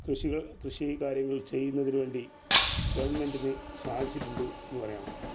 കൃഷികൾ കൃഷി കാര്യങ്ങൾ ചെയ്യുന്നതിനു വേണ്ടി ഗെവൺമെൻടിന് സാധിച്ചിട്ടുണ്ട് എന്ന് പറയാം